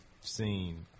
seen